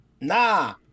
Nah